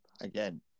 again